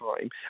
time